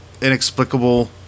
inexplicable